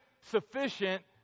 sufficient